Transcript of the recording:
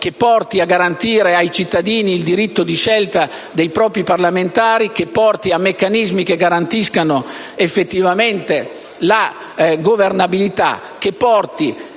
che porti a garantire ai cittadini il diritto di scelta dei propri parlamentari e che introduca meccanismi elettorali che garantiscano effettivamente la governabilità, per